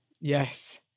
Yes